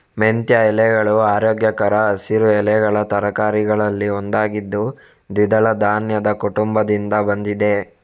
ಮೆಂತ್ಯ ಎಲೆಗಳು ಆರೋಗ್ಯಕರ ಹಸಿರು ಎಲೆಗಳ ತರಕಾರಿಗಳಲ್ಲಿ ಒಂದಾಗಿದ್ದು ದ್ವಿದಳ ಧಾನ್ಯದ ಕುಟುಂಬದಿಂದ ಬಂದಿದೆ